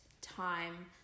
time